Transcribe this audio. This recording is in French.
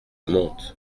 monte